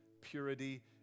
purity